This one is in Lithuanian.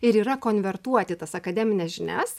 ir yra konvertuoti tas akademines žinias